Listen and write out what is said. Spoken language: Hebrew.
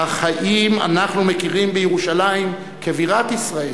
אך האם אנחנו מכירים בירושלים כבירת ישראל?